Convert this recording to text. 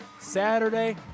Saturday